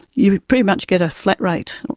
you pretty much get a flat rate,